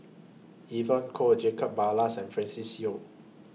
Evon Kow Jacob Ballas and Francis Seow